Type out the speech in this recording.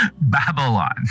Babylon